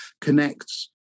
connects